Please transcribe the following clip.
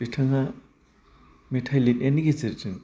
बिथाङा मेथाइ लिरनायनि गेजेरजों